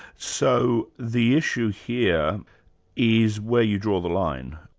so the issue here is where you draw the line.